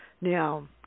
Now